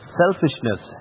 selfishness